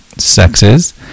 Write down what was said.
sexes